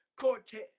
Cortez